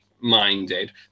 Minded